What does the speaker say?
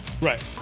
right